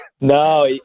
No